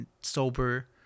sober